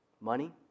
money